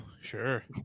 Sure